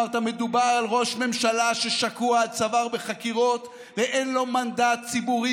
ואמרת: "מדובר על ראש ממשלה ששקוע עד צוואר בחקירות ואין לו מנדט ציבורי